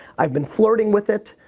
i've been flirting with it,